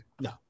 no